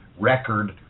record